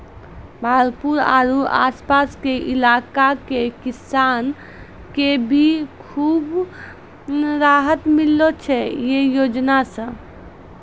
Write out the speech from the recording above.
भागलपुर आरो आस पास के इलाका के किसान कॅ भी खूब राहत मिललो छै है योजना सॅ